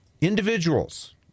Individuals